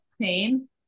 pain